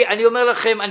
אמיתי.